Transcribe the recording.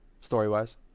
story-wise